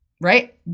Right